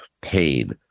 pain